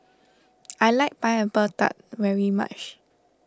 I like Pineapple Tart very much